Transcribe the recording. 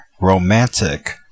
Romantic